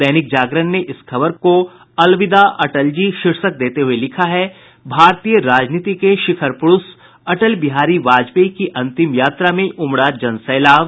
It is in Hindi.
दैनिक जागरण ने इस खबर को अलविदा अटल जी शीर्षक देते हुये लिखा है भारतीय राजनीति के शिखर प्ररूष अटल बिहारी वाजपेयी की अंतिम यात्रा में उमड़ा जनसैलाब